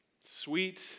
sweet